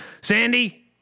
Sandy